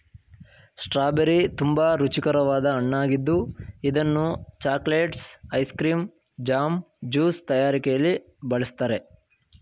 strawberry ತುಂಬಾ ರುಚಿಕರವಾದ ಹಣ್ಣಾಗಿದ್ದು ಇದನ್ನು chocolates, ice cream, jam, juice ತಯಾರಿಕೆಯಲ್ಲಿ ಬಳ್ಸತ್ತರೆ